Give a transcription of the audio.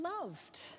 loved